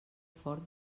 fort